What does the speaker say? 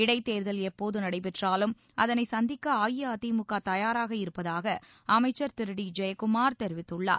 இடைத் தேர்தல் எப்போது நடைபெற்றாலும் அதனை சந்திக்க அஇஅதிமுக தயாராக இருப்பதாக அமைச்சர் திரு டி ஜெயக்குமார் தெரிவித்துள்ளார்